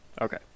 Okay